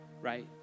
right